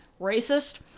Racist